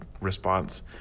response